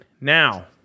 Now